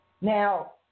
Now